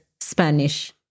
Spanish